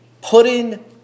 Putting